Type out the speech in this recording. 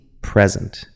Present